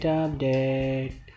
update